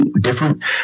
different